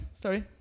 sorry